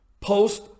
post